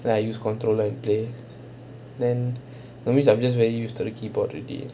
then I use controller and play then that means I'm just very used to the keyboard already